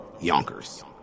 Yonkers